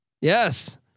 Yes